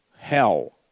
Hell